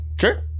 sure